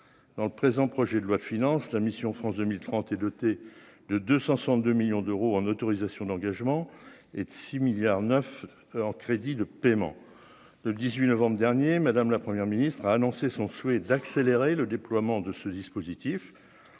dans le présent projet de loi de finance la mission, France 2030 et doté de 262 millions d'euros en autorisations d'engagement et de 6 milliards 9 en crédits de paiement de 18 novembre dernier madame la première ministre a annoncé son souhait d'accélérer le déploiement de ce dispositif,